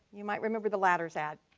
you might remember the ladders ad.